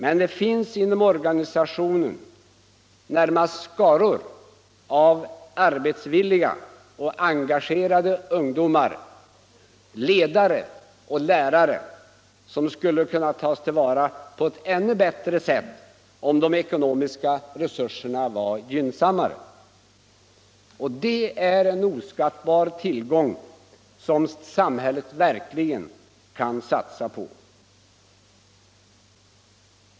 Men det finns inom organisationen skaror av arbetsvilliga och engagerade ungdomar, ledare och lärare som skulle kunna tas till vara på ett ännu bättre sätt om de ekonomiska resurserna var gynnsammare. Det är en oskattbar tillgång som samhället verkligen kan satsa på.